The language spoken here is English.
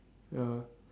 ya